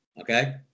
Okay